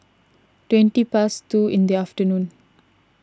twenty past two in the afternoon